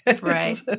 Right